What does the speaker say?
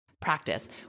Practice